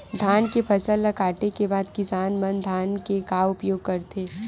धान के फसल ला काटे के बाद किसान मन धान के का उपयोग करथे?